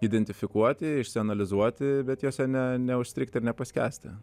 identifikuoti išsianalizuoti bet jose ne neužstrigti ir nepaskęsti